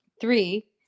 Three